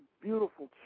beautiful